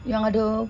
yang ada